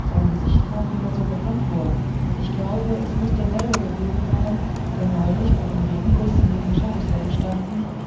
sein gesicht kam mir so bekannt vor ich glaube es muß derselbe gewesen sein der neulich bei dem regenguß neben charousek gestanden